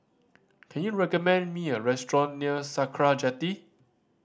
can you recommend me a restaurant near Sakra Jetty